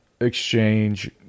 exchange